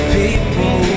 people